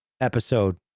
episode